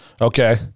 Okay